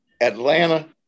Atlanta